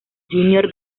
junior